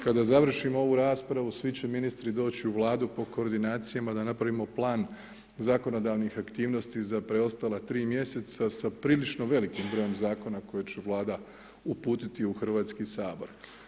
Kada završimo ovu raspravu svi će ministri doći u vladu po koordinacijama da napravimo plan zakonodavnih aktivnosti za preostala 3 mjeseca sa prilično velikim brojem zakona koje će vlada uputiti u Hrvatski sabor.